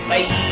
Bye